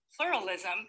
pluralism